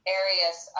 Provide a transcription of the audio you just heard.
areas